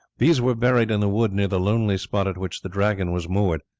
these were buried in the wood near the lonely spot at which the dragon was moored,